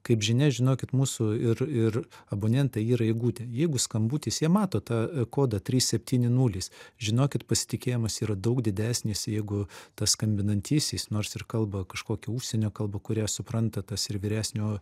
kaip žinia žinokit mūsų ir ir abonentai yra įgudę jeigu skambutis jie mato tą kodą trys septyni nulis žinokit pasitikėjimas yra daug didesnis jeigu tas skambinantysis nors ir kalba kažkokia užsienio kalba kurią supranta tas ir vyresnio